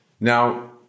Now